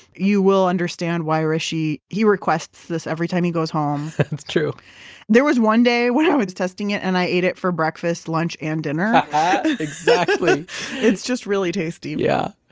you will understand why hrishi. he requests this every time he goes home that's true there was one day when i um was testing it and i ate it for breakfast lunch and dinner exactly it's just really tasty yeah,